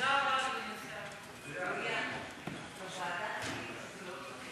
ההצעה להעביר את הנושא לוועדת העבודה,